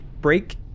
Break